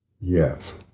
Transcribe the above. yes